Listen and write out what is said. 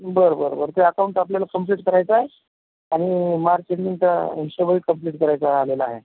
बरं बरं बरं ते अकाऊंट आपल्याला कंप्लीट करायचं आहे आणि मार्च एंडिंगचा हिशोबही कंप्लीट करायचा राहिलेला आहे